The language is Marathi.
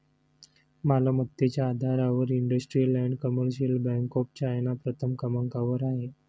मालमत्तेच्या आधारावर industrial and commercial bank of China प्रथम क्रमांकावर आहे